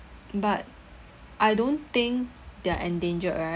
but I don't think they're endangered right